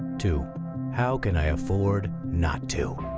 to how can i afford not to?